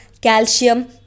calcium